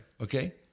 okay